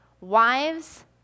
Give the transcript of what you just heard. Wives